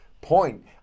point